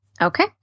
okay